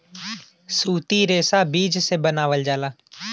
सूती रेशा बीज से बनावल जाला